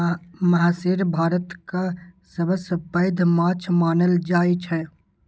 महसीर भारतक सबसं पैघ माछ मानल जाइ छै